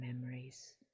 memories